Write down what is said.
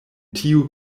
tiu